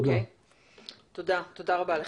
תודה רבה.